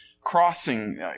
crossing